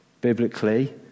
Biblically